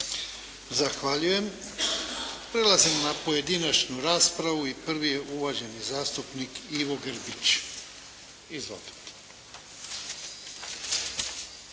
Zahvaljujem. Prelazim na pojedinačnu raspravu i prvi je uvaženi zastupnik Ivo Grbić. Izvolite.